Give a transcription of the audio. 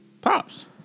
Pops